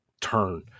turn